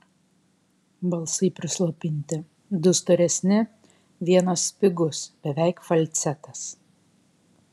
balsai prislopinti du storesni vienas spigus beveik falcetas